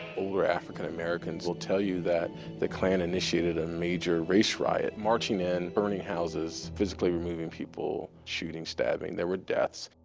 older african americans will tell you that the klan initiated a major race riot marching in, burning houses, physically removing people, shooting, stabbing. there were deaths.